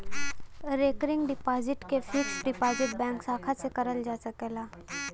recurring deposit क fixed deposit bank शाखा से करल जा सकला